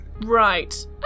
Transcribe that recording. Right